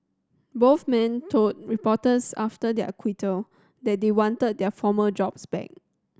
both men told reporters after their acquittal that they wanted their former jobs back